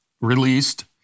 released